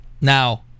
Now